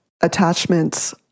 attachments